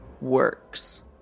works